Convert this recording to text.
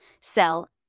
sell